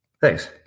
Thanks